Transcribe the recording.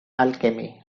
alchemy